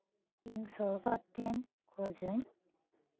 ᱤᱧ ᱥᱚᱨᱠᱟᱨ ᱴᱷᱮᱱ ᱠᱷᱚᱡᱟᱹᱧ